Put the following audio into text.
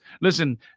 Listen